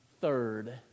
Third